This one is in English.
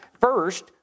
First